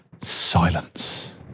silence